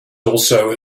also